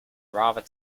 rather